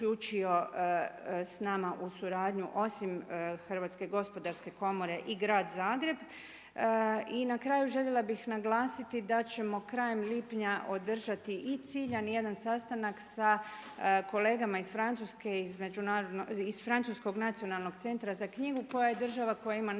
s nama u suradnju osim HGK i grad Zagreb. I na kraju željela bih naglasiti da ćemo krajem lipnja održati ciljani jedan sastanak sa kolegama iz Francuske iz Francuskom nacionalnog centra za knjigu koja je država koja ima